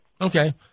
Okay